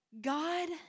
God